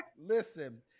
Listen